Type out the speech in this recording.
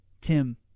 Tim